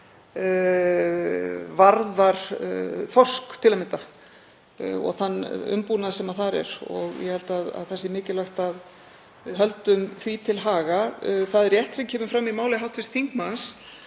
varðar þorsk til að mynda og þann umbúnað sem þar er og ég held að það sé mikilvægt að við höldum því til haga. Það er rétt sem kemur fram í máli hv. þingmanns